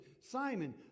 Simon